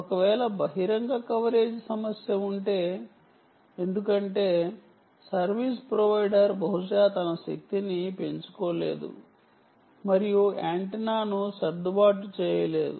ఒకవేళ బహిరంగ కవరేజ్ సమస్య ఉంటే ఎందుకంటే సర్వీస్ ప్రొవైడర్ బహుశా తన శక్తిని పెంచుకోలేదు మరియు యాంటెన్నాను సర్దుబాటు చేయలేదు